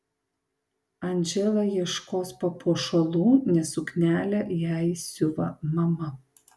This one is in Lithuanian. andžela ieškos papuošalų nes suknelę jai siuva mama